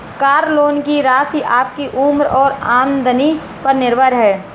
car loan की राशि आपकी उम्र और आमदनी पर निर्भर है